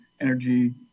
energy